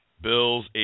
Bills